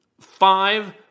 Five